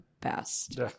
best